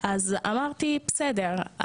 אז אמרתי בסדר,